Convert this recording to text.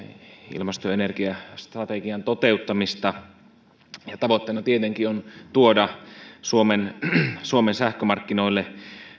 ilmasto ja energiastrategian toteuttamista ja tavoitteena tietenkin on tuoda suomen suomen sähkömarkkinoille